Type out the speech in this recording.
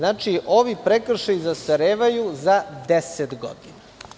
Znači, ovi prekršaji zastarevaju za deset godina.